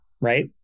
right